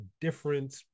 different